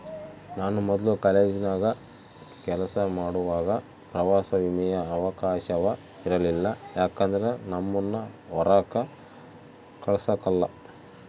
ನಾನು ಮೊದ್ಲು ಕಾಲೇಜಿನಾಗ ಕೆಲಸ ಮಾಡುವಾಗ ಪ್ರವಾಸ ವಿಮೆಯ ಅವಕಾಶವ ಇರಲಿಲ್ಲ ಯಾಕಂದ್ರ ನಮ್ಮುನ್ನ ಹೊರಾಕ ಕಳಸಕಲ್ಲ